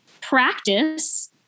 practice